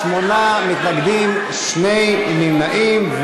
שמונה מתנגדים, שני נמנעים.